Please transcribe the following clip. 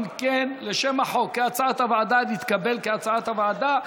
אם כן, שם החוק נתקבל כהצעת הוועדה.